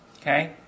okay